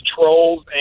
trolls